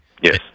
Yes